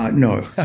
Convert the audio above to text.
no.